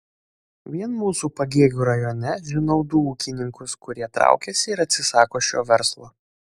vien mūsų pagėgių rajone žinau du ūkininkus kurie traukiasi ir atsisako šio verslo